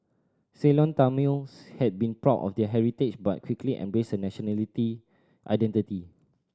Ceylon Tamils had been proud of their heritage but quickly embraced a nationality identity